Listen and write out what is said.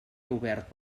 obert